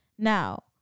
Now